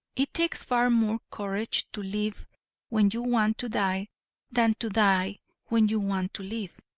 it takes far more courage to live when you want to die than to die when you want to live.